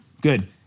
Good